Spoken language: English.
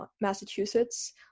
massachusetts